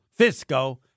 fisco